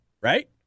right